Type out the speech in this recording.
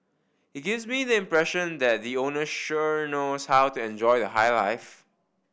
it gives me the impression that the owner sure knows how to enjoy the high life